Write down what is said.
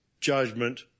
judgment